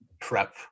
prep